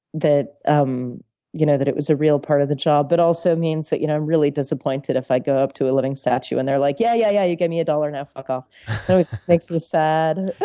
um you know that it was a real part of the job, but also means that you know i'm really disappointed if i go up to a living statue, and they're, like, yeah, yeah, yeah, you gave me a dollar. now, fuck off. it always just makes me sad. it